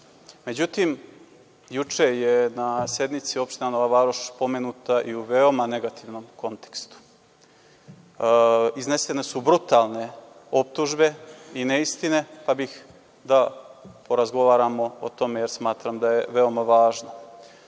Međutim, juče je na sednici opština Nova Varoš pomenuta i u veoma negativnom kontekstu. Iznesene su brutalne optužbe i neistine, pa bih da porazgovaramo o tome, jer smatram da je veoma